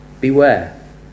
Beware